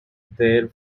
there